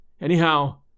Anyhow